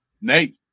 Nate